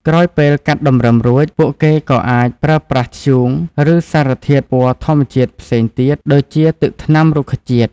ក្រោយពេលកាត់តម្រឹមរួច ពួកគេក៏អាចប្រើប្រាស់ធ្យូង ឬសារធាតុពណ៌ធម្មជាតិផ្សេងទៀត (ដូចជាទឹកថ្នាំរុក្ខជាតិ)។